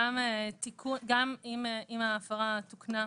גם אם ההפרה תוקנה,